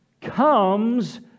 comes